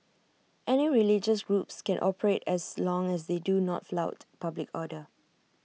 any religious groups can operate as long as they do not flout public order